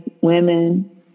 women